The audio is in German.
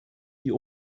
die